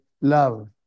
love